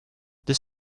this